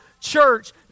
church